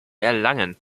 erlangen